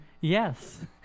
Yes